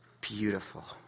beautiful